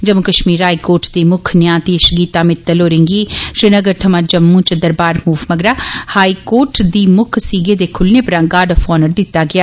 Jammu Kashmir high court दी मुक्ख न्यायधीश गीता भित्तल होरें गी श्रीनगर थमां जम्मू च दरबार मूव मगरा हाई कोर्ट दी मुक्ख सीगे दे खुल्लने परा गार्ड ऑफ हॉनर दित्ता गेआ